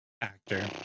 actor